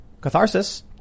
catharsis